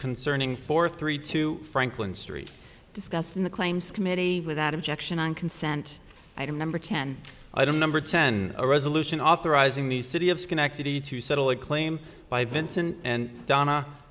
concerning four three two franklin street discussed in the claims committee without objection on consent item number ten i don't number ten a resolution authorizing the city of schenectady to settle a claim by vincent and donna